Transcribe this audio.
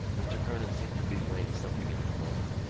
mr. kernan seemed to be weighing something in his mind.